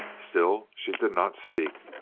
still she did not speak.